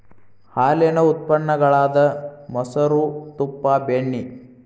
ಹಾಲೇನ ಉತ್ಪನ್ನ ಗಳಾದ ಮೊಸರು, ತುಪ್ಪಾ, ಬೆಣ್ಣಿ